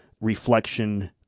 reflection